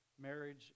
Marriage